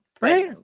Right